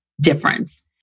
difference